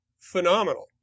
phenomenal